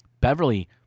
Beverly